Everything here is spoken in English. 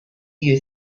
you